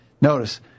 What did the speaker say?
Notice